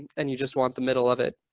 and you just want the middle of it.